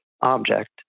object